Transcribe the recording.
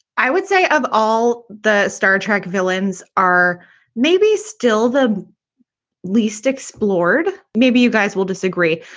i would say, of all the star trek villains, are maybe still the least explored. maybe you guys will disagree.